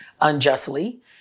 unjustly